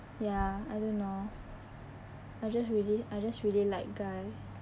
ya I don't know I just really I just really like guy